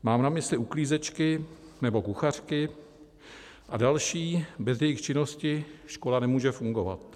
Mám na mysli uklízečky nebo kuchařky a další, bez jejichž činnosti škola nemůže fungovat.